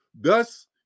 Thus